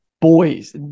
boys